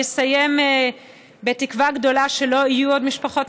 אני אסיים בתקווה גדולה שלא יהיו עוד משפחות